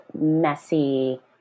messy